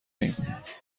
ایم